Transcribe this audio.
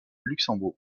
luxembourg